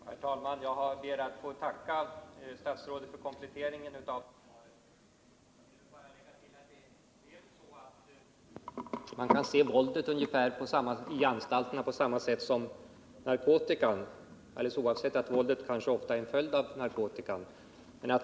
Herr talman! Jag ber att få tacka statsrådet för kompletteringen av svaret. Jag vill bara tillägga att det väl är så, att man kan se våldet på anstalterna på samma sätt som narkotikan, alldeles oavsett att våldet kanske ofta är en följd av narkotikan.